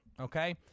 Okay